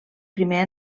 primer